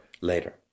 later